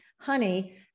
honey